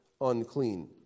unclean